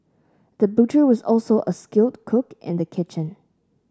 the butcher was also a skilled cook in the kitchen